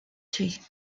tués